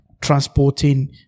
transporting